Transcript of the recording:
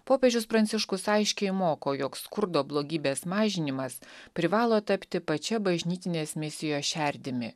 popiežius pranciškus aiškiai moko jog skurdo blogybės mažinimas privalo tapti pačia bažnytinės misijos šerdimi